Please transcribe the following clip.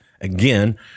again